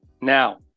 now